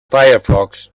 firefox